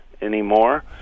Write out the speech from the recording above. anymore